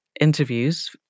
interviews